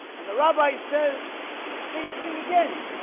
and the rabbi says the same thing again